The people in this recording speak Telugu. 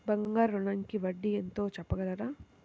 బంగారు ఋణంకి వడ్డీ ఎంతో చెప్పగలరా?